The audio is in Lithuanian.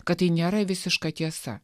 kad tai nėra visiška tiesa